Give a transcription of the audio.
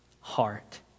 heart